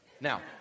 Now